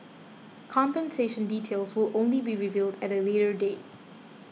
compensation details will only be revealed at a later date